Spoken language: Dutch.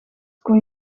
kon